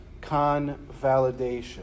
convalidation